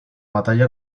batalla